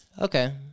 Okay